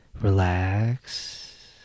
relax